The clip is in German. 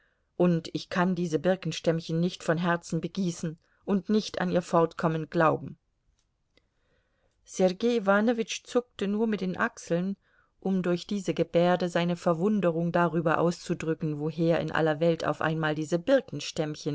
und ich kann diese birkenstämmchen nicht von herzen begießen und nicht an ihr fortkommen glauben sergei iwanowitsch zuckte nur mit den achseln um durch diese gebärde seine verwunderung darüber auszudrücken woher in aller welt auf einmal diese